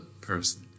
person